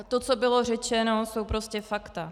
To, co bylo řečeno, jsou prostě fakta.